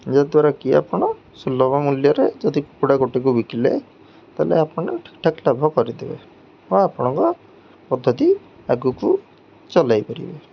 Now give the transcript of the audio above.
ଯାଦ୍ୱାରା କି ଆପଣ ସୁଲଭ ମୂଲ୍ୟରେ ଯଦି କୁକୁଡ଼ା ଗୋଟିକୁ ବିକିଲେ ତାହେଲେ ଆପଣ ଠିକ୍ଠାକ୍ ଲାଭ କରିଦେବେ ବା ଆପଣଙ୍କ ପଦ୍ଧତି ଆଗକୁ ଚଲାଇ ପାରିବେ